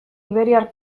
iberiar